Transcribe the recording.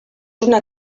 una